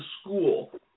school